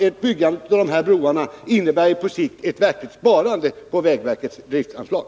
Ett byggande av de föreslagna broarna innebär på sikt en verklig inbesparing på vägverkets driftsanslag.